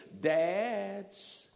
Dads